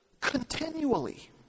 continually